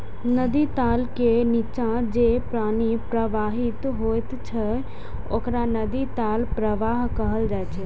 नदी तल के निच्चा जे पानि प्रवाहित होइत छैक ओकरा नदी तल प्रवाह कहल जाइ छै